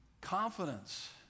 confidence